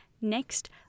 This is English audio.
Next